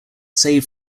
saved